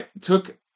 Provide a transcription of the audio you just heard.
took